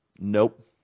nope